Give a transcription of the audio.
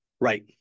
Right